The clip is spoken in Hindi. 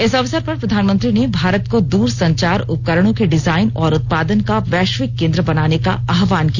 इस अवसर पर प्रधानमंत्री ने भारत को दूरसंचार उपकरणों के डिजाइन और उत्पादन का वैश्विक केन्द्र बनाने का आह्वान किया